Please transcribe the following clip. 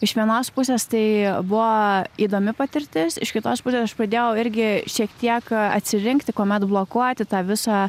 iš vienos pusės tai buvo įdomi patirtis iš kitos pusės aš pradėjau irgi šiek tiek atsirinkti kuomet blokuoti tą visą